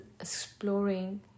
exploring